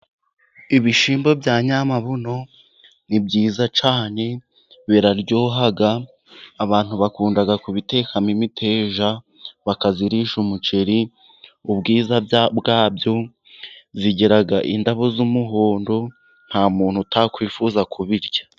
Ibishyimbo bya nyiramabuno ni byiza cyane, biraryohaha abantu bakunda kubitekamo imiteja, bakayirisha umuceri ubwiza bwabyo igira indabo z'umuhondo, nta muntu utakwifuza kubirya.